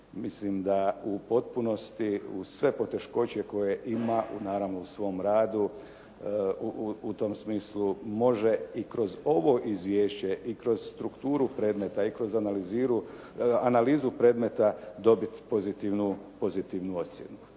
Mislim da u potpunosti uz sve poteškoće koje ima naravno u svom radu u tom smislu može i kroz ovo izvješće i kroz strukturu predmeta i kroz analizu predmeta dobiti pozitivnu ocjenu.